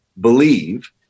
believe